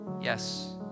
Yes